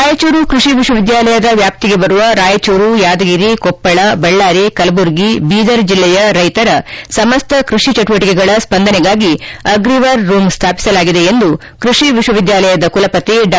ರಾಯಚೂರು ಕೃಷಿ ವಿಶ್ವವಿದ್ಯಾಲಯದ ವ್ಯಾಪ್ತಿಗೆ ಬರುವ ರಾಯಚೂರು ಯಾದಗಿರಿ ಕೊಪ್ಪಳ ಬಳ್ಯಾರಿ ಕಲಬುರಗಿ ಬೀದರ್ ಜಿಲ್ಲೆಯ ರೈತರ ಸಮಸ್ತ ಕೃಷಿ ಚಟುವಟಿಕೆಗಳ ಸ್ಪಂದನೆಗಾಗಿ ಅಗ್ರಿವಾರ್ ರೂಮ್ ಸ್ಥಾಪಿಸಲಾಗಿದೆ ಎಂದು ಕೃಷಿ ವಿಶ್ವವಿದ್ಯಾಲಯದ ಕುಲಪತಿ ಡಾ